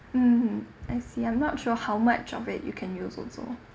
mmhmm I see I'm not sure how much of it you can use also